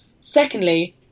Secondly